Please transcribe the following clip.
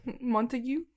Montague